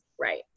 Right